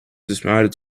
dismounted